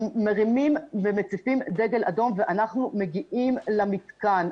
הם מרימים ומציפים דגל אדום ואנחנו מגיעים למתקן,